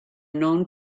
known